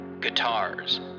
guitars